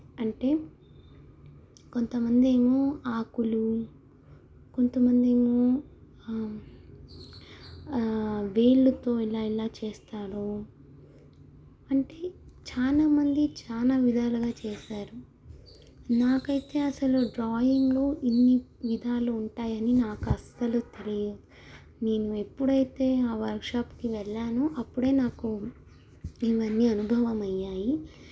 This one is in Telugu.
అంటే కొంతమందేమో ఆకులు కొంతమందేమో వేళ్ళతో ఇలా ఇలా చేస్తారు అంటే చాలామంది చాలా విధాలుగా చేస్తారు నాకు అయితే అసలు డ్రాయింగ్లో ఇన్ని విధాలు ఉంటాయి అని నాకు అస్సలు తెలియదు నేను ఎప్పుడైతే ఆ వర్క్షాప్కి వెళ్ళానో అప్పుడే నాకు ఇవన్నీ అనుభవం అయ్యాయి